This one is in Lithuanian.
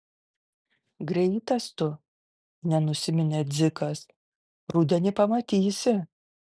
greitas tu nenusiminė dzikas rudenį pamatysi